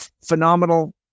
phenomenal